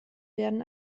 werden